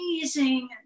amazing